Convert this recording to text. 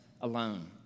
alone